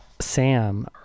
Sam